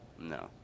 No